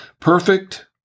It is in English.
Perfect